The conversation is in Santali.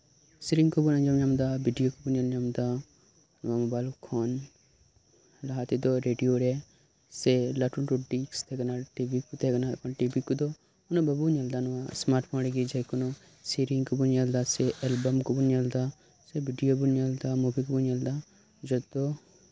ᱥᱮᱨᱮᱧ ᱠᱚᱵᱚᱱ ᱟᱸᱡᱚᱢ ᱧᱟᱢᱫᱟ ᱵᱷᱤᱰᱭᱳ ᱠᱚᱵᱚᱱ ᱧᱮᱞ ᱧᱟᱢ ᱫᱟ ᱢᱳᱵᱟᱭᱤᱞ ᱠᱷᱚᱱ ᱞᱟᱦᱟ ᱛᱮᱫᱚ ᱨᱮᱰᱤᱭᱳ ᱨᱮ ᱥᱮ ᱞᱟᱹᱴᱩ ᱞᱟᱹᱴᱩ ᱰᱤᱥᱠ ᱛᱟᱸᱦᱮ ᱠᱟᱱᱟ ᱴᱤᱵᱷᱤ ᱠᱚ ᱛᱟᱸᱦᱮ ᱠᱟᱱᱟ ᱴᱤᱵᱷᱤ ᱠᱚᱫᱚ ᱩᱱᱟᱹᱜ ᱵᱟᱵᱚᱱ ᱧᱮᱞᱫᱟ ᱱᱚᱣᱟ ᱥᱢᱨᱟᱴ ᱯᱷᱳᱱ ᱨᱮᱜᱮ ᱡᱮᱠᱳᱱᱳ ᱥᱮᱨᱮᱧ ᱠᱚᱵᱚᱱ ᱧᱮᱞ ᱧᱟᱢ ᱮᱫᱟ ᱥᱮ ᱮᱞᱵᱟᱢ ᱠᱚᱵᱚᱱ ᱧᱮᱞ ᱧᱟᱢ ᱮᱫᱟ ᱥᱮ ᱵᱷᱤᱰᱭᱳ ᱵᱚᱱ ᱧᱮᱞᱮᱫᱟ ᱢᱳᱵᱷᱤ ᱠᱚᱵᱚᱱ ᱧᱮᱞᱮᱫᱟ ᱡᱚᱛᱚ